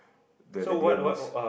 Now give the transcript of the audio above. the that durian mousse